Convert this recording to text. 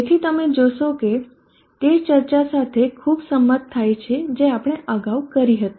તેથી તમે જોશો કે તે ચર્ચા સાથે ખૂબ સંમત થાય છે જે આપણે અગાઉ કરી હતી